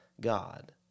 God